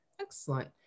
Excellent